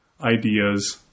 ideas